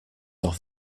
off